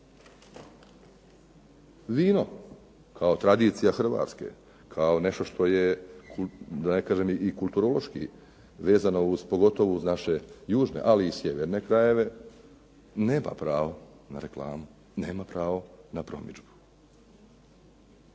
Vino kao tradicija Hrvatske, kao nešto što je da ja kažem i kulturološki vezano uz, pogotovo uz naše južne, ali i sjeverne krajeve, nema pravo na reklamu, nema pravo na promidžbu.